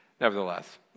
nevertheless